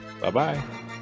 Bye-bye